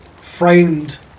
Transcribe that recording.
framed